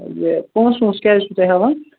ہَے یہِ پۄنٛسہٕ وٲنٛسہٕ کیٛاہ حظ چھِو تُہۍ ہٮ۪وان